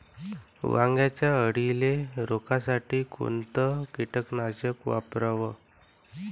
वांग्यावरच्या अळीले रोकासाठी कोनतं कीटकनाशक वापराव?